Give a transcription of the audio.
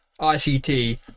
ICT